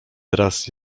teraz